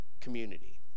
community